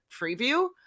preview